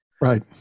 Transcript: Right